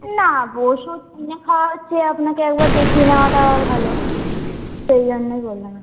না ওষুধ কিনে খাওয়ার চেয়ে আপনাকে একবার দেখিয়ে নেওয়াটা ভালো সেই জন্যই বললাম একটু